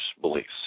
beliefs